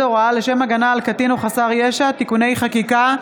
הוראה לשם הגנה על קטין או חסר ישע (תיקוני חקיקה),